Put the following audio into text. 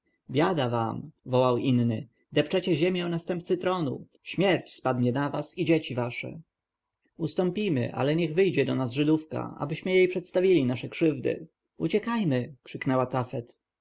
biada wam wołał inny depczecie ziemię następcy tronu śmierć spadnie na was i dzieci wasze ustąpimy ale niech wyjdzie do nas żydówka abyśmy jej przedstawili nasze krzywdy uciekajmy krzyknęła tafet